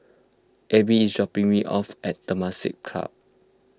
Abe is dropping me off at Temasek Club